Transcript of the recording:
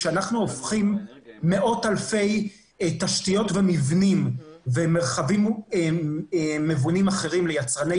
כשאנחנו הופכים מאות אלפי תשתיות ומבנים ומרחבים מבונים אחרים ליצרני